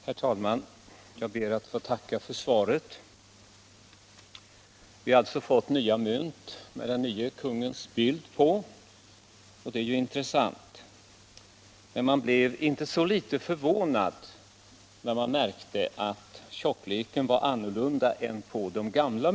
Herr talman! Jag ber att få tacka för svaret på min fråga. Vi har alltså fått nya mynt, försedda med den nuvarande kungens bild, och det har jag noterat med intresse. Men det väckte inte så litet förvåning när man märkte, att tjockleken på de nya mynten inte var densamma som på de gamla.